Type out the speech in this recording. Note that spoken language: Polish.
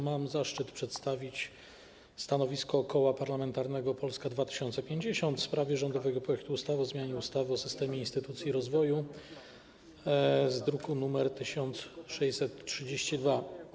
Mam zaszczyt przedstawić stanowisko Koła Parlamentarnego Polska 2050 w sprawie rządowego projektu ustawy o zmianie ustawy o systemie instytucji rozwoju z druku nr 1632.